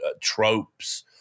tropes